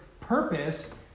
purpose